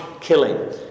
killing